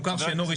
זה.